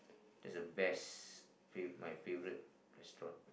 that's the best fave my favourite restaurant